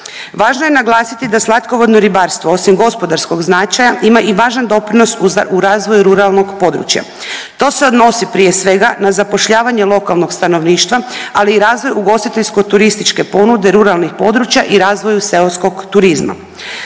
Važno je naglasiti da slatkovodno ribarstvo osim gospodarskog značaja ima i važan doprinosu razvoju ruralnog područja. To se odnosi prije svega na zapošljavanje lokalnog stanovništva, ali i razvoj ugostiteljsko turističke ponude ruralnih područja i razvoju seoskog turizma.